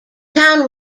town